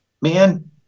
man